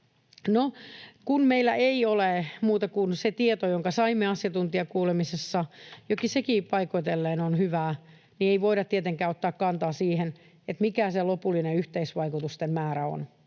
kun meillä ei ole muuta kuin se tieto, jonka saimme asiantuntijakuulemisessa, joka sekin paikoitellen on hyvää, niin ei voida tietenkään ottaa kantaa siihen, mikä se lopullinen yhteisvaikutusten määrä on.